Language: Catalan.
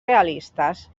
realistes